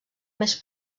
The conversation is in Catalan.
més